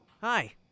hi